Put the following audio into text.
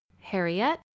Harriet